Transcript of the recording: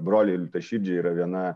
broliai liūtaširdžiai yra viena